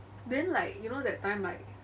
then like you know that time like